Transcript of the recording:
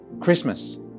Christmas